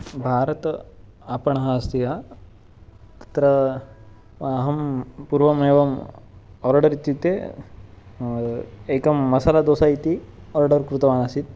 भारतम् आपणः अस्ति वा तत्र अहं पूर्वमेवम् आर्डर् इत्युक्ते एकं मसाला दोसा इति आर्डर् कृतवान् आसीत्